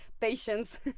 patience